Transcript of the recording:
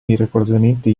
miracolosamente